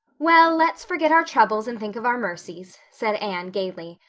well, let's forget our troubles and think of our mercies, said anne gaily.